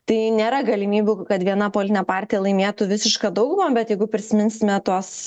tai nėra galimybių kad viena politinė partija laimėtų visišką daugumą bet jeigu prisiminsime tuos